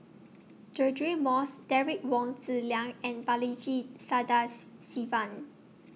Deirdre Moss Derek Wong Zi Liang and Balaji Sadas Sivan